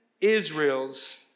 Israel's